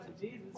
Jesus